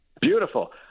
beautiful